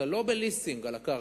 אתה לא בליסינג על הקרקע.